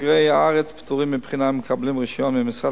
בוגרי הארץ פטורים מבחינה ומקבלים רשיון ממשרד